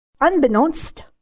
Unbeknownst